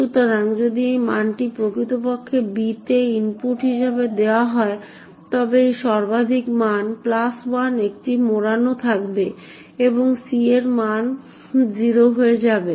সুতরাং যদি এই মানটি প্রকৃতপক্ষে b তে ইনপুট হিসাবে দেওয়া হয় তবে এই সর্বাধিক মান 1 একটি মোড়ানো থাকবে এবং c এর মান 0 হয়ে যাবে